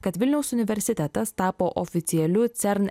kad vilniaus universitetas tapo oficialiu cern